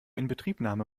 inbetriebnahme